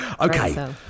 Okay